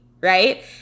Right